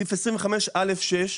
סעיף 25(א)(6),